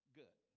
good